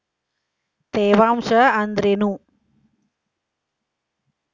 ತೇವಾಂಶ ಅಂದ್ರೇನು?